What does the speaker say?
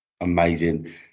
Amazing